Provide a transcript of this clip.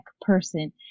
person